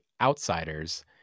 outsiders